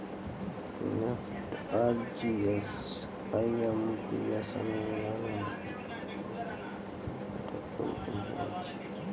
NEFT, RTGS, IMPS అనే విధానాల ద్వారా ఒకరి నుంచి మరొకరికి డబ్బును పంపవచ్చు